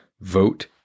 vote